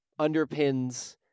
underpins